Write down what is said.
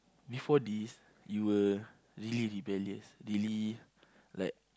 before this you were really rebellious really like